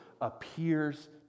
appears